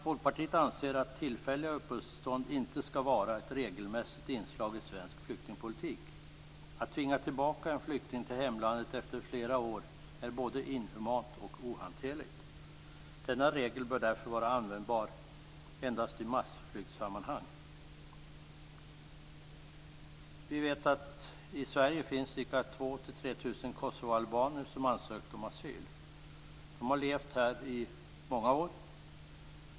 Folkpartiet anser att tillfälliga uppehållstillstånd inte skall vara ett regelmässigt inslag i svensk flyktingpolitik. Att tvinga tillbaka en flykting till hemlandet efter flera år är både inhumant och ohanterligt. Denna regel bör därför vara användbar endast i massflyktssammanhang. I Sverige finns ca 2 000-3 000 kosovoalbaner som ansökt om asyl. De har levt här i många år.